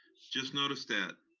just noticed that.